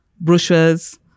brochures